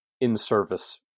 in-service